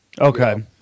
Okay